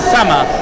Summer